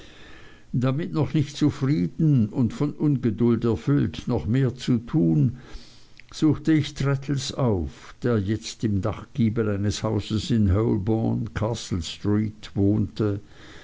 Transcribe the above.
damit noch nicht zufrieden und von ungeduld erfüllt noch mehr zu tun suchte ich traddles auf der jetzt im dachgiebel eines hauses in holborn castlestreet wohnte